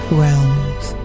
realms